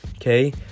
okay